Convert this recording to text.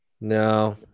No